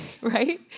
right